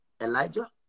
Elijah